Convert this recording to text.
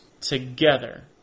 together